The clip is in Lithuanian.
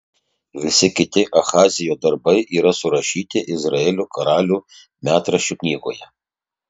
visi kiti ahazijo darbai yra surašyti izraelio karalių metraščių knygoje